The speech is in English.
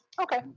Okay